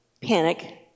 panic